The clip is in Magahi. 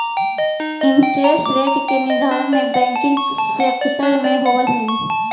इंटरेस्ट रेट के निर्धारण बैंकिंग सेक्टर में होवऽ हई